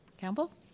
Campbell